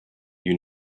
you